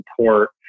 support